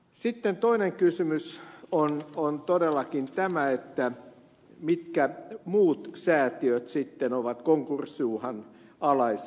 sitten toinen kysymys on todellakin tämä mitkä muut säätiöt sitten ovat konkurssiuhan alaisia